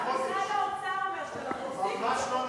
גם משרד האוצר אומר שלא, ממש לא נכון.